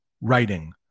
writing